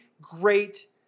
great